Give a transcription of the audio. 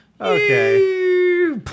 Okay